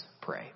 pray